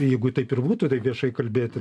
jeigu taip ir būtų taip viešai kalbėti